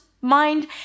mind